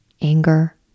anger